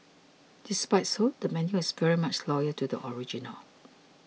despite so the menu is very much loyal to the original